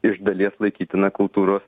iš dalies laikytina kultūros